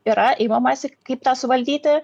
yra imamasi kaip tą suvaldyti